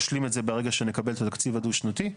נשלים את זה ברגע שנקבל את התקציב הדו-שנתי.